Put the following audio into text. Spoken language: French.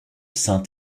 saint